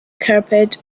carpet